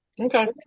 okay